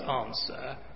answer